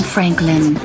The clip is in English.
Franklin